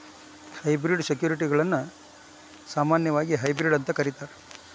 hybrid ಸೆಕ್ಯುರಿಟಿಗಳನ್ನ ಸಾಮಾನ್ಯವಾಗಿ hybrid ಅಂತ ಕರೇತಾರ